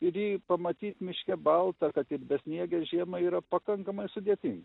ir jį pamatyt miške baltą kad ir besniegę žiemą yra pakankamai sudėtinga